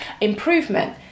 improvement